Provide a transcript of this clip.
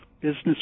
business